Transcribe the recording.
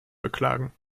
beklagen